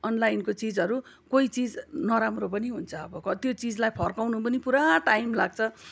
अनलाइनको चिजहरू कोही चिज नराम्रो पनि हुन्छ अब कति त्यो चिजलाई फर्काउनु पनि पुरा टाइम लाग्छ